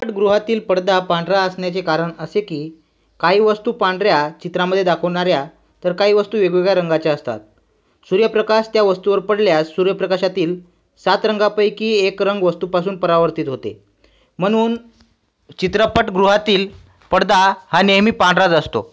पट गृहातील पडदा पांढरा असण्याचे कारण असे की काही वस्तू पांढऱ्या चित्रामध्ये दाखवणाऱ्या तर काही वस्तू वेगवेगळ्या रंगाच्या असतात सूर्यप्रकाश त्या वस्तूवर पडल्यास सूर्यप्रकाशातील सात रंगापैकी एक रंग वस्तूपासून परावर्तित होते म्हणून चित्रपटगृहातील पडदा हा नेहमी पांढराच असतो